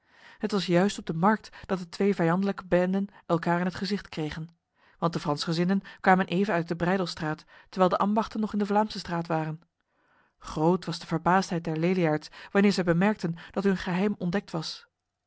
het was juist op de markt dat de twee vijandlijke benden elkaar in het gezicht kregen want de fransgezinden kwamen even uit de breydelstraat terwijl de ambachten nog in de vlaamsestraat waren groot was de verbaasdheid der leliaards wanneer zij bemerkten dat hun geheim ontdekt was